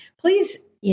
please